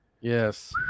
Yes